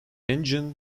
engine